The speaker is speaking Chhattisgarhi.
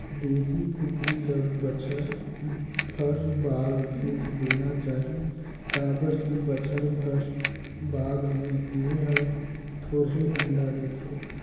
देसी कुकरी ल बच्छर भर बाद बेच देना चाही काबर की बच्छर भर बाद में ए हर थोरहें अंडा देथे